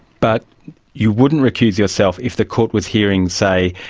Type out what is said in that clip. but you wouldn't recuse yourself if the court was hearing, say,